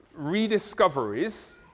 rediscoveries